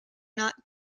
not